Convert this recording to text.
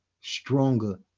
stronger